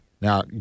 Now